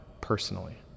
personally